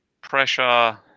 pressure